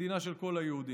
מדינה של כל היהודים.